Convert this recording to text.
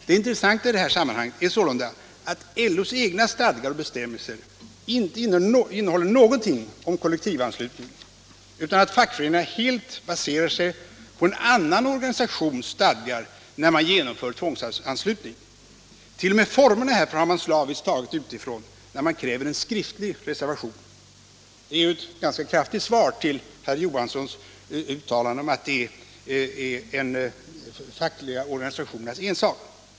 Det intressanta i detta sammanhang är sålunda att LO:s egna stadgar och bestämmelser inte innehåller någonting om kollektivanslutning utan att fackföreningarna helt baserar sig på en annan organisations stadgar när man genomför tvångsanslutning. T. o. m. formerna härför har man slaviskt tagit utifrån när man kräver en skriftlig reservation. Det är ett ganska kraftigt svar på herr Johanssons i Trollhättan uttalanden om att detta är de fackliga organisationernas ensak.